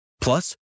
Plus